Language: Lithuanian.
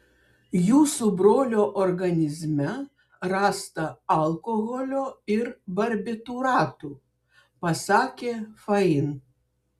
jūsų brolio organizme rasta alkoholio ir barbitūratų pasakė fain